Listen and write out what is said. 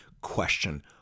question